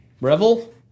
Revel